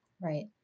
Right